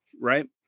right